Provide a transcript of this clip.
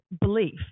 belief